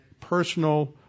personal